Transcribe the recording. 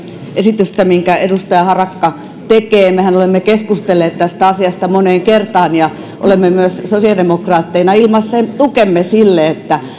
esitystä minkä edustaja harakka tekee mehän olemme keskustelleet tästä asiasta moneen kertaan ja olemme myös sosiaalidemokraatteina ilmaisseet tukemme sille että